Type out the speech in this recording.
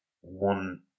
one